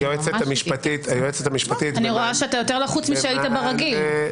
אני רואה שאתה יותר לחוץ משהיית ברגיל.